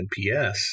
NPS